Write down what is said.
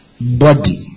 body